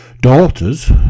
daughters